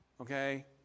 Okay